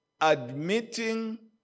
admitting